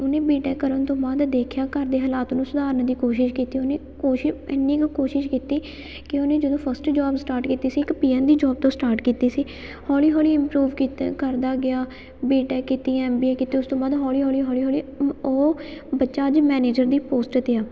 ਉਹਨੇ B tech ਕਰਨ ਤੋਂ ਬਾਅਦ ਦੇਖਿਆ ਘਰ ਦੇ ਹਾਲਾਤ ਨੂੰ ਸੁਧਾਰਨ ਦੀ ਕੋਸ਼ਿਸ਼ ਕੀਤੀ ਉਹਨੇ ਕੁਛ ਇੰਨੀ ਕੁ ਕੋਸ਼ਿਸ਼ ਕੀਤੀ ਕਿ ਉਹਨੇ ਜਦੋਂ ਫਸਟ ਜੋਬ ਸਟਾਰਟ ਕੀਤੀ ਸੀ ਇੱਕ ਪੀਅਨ ਦੀ ਜੋਬ ਤੋਂ ਸਟਾਰਟ ਕੀਤੀ ਸੀ ਹੌਲੀ ਹੌਲੀ ਇੰਪਰੂਵ ਕੀਤਾ ਕਰਦਾ ਗਿਆ ਬੀ ਟੈਕ ਕੀਤੀ ਐੱਮ ਬੀ ਏ ਕੀਤੀ ਉਸ ਤੋਂ ਬਾਅਦ ਹੌਲੀ ਹੌਲੀ ਹੌਲੀ ਹੌਲੀ ਅ ਉਹ ਬੱਚਾ ਅੱਜ ਮੈਨੇਜਰ ਦੀ ਪੋਸਟ 'ਤੇ ਆ